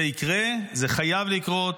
זה יקרה, זה חייב לקרות.